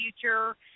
future